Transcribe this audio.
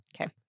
okay